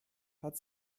hat